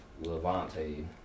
Levante